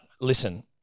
listen